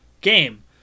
game